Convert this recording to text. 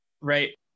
Right